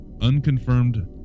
Unconfirmed